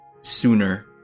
sooner